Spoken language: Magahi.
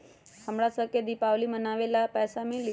हमरा शव के दिवाली मनावेला पैसा मिली?